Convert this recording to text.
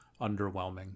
underwhelming